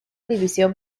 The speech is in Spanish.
división